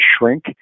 shrink